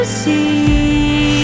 see